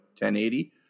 1080